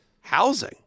housing